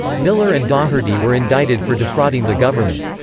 miller and daugherty were indicted for defrauding the government.